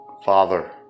Father